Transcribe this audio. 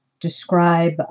describe